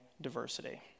diversity